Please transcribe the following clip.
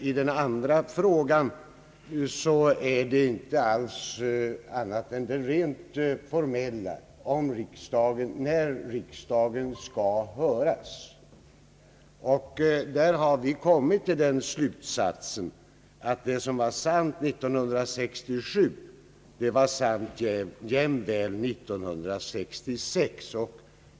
I den andra frågan är det när riksdagen skall höras. Därvidlag har vi kommit till den slutsatsen att det som var sant 1967 var sant jämväl 1966.